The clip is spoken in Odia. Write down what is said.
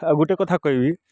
ଆଉ ଗୋଟେ କଥା କହିବି